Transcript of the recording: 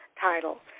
title